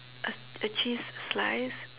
a a cheese slice